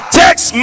text